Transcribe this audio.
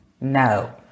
No